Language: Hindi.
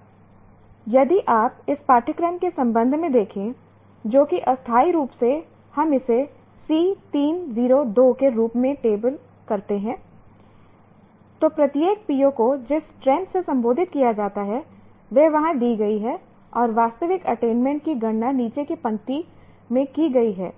अब यदि आप इस पाठ्यक्रम के संबंध में देखें जो कि अस्थायी रूप से हम इसे C302 के रूप में लेबल करते हैं तो प्रत्येक PO को जिस स्ट्रैंथ से संबोधित किया जाता है वह वहां दी गई है और वास्तविक अटेनमेंट की गणना नीचे की पंक्ति में की गई है